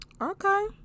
Okay